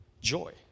joy